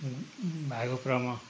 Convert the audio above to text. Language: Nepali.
भागोप्रमो